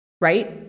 right